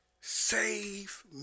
save